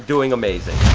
doing amazing.